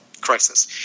Crisis